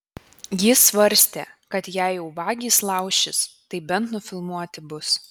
jis svarstė kad jei jau vagys laušis tai bent nufilmuoti bus